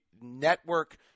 network